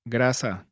Grasa